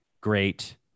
great